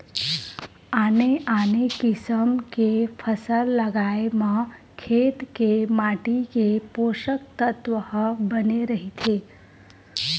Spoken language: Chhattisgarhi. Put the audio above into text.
आने आने किसम के फसल लगाए म खेत के माटी के पोसक तत्व ह बने रहिथे